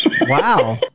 Wow